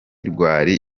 rwari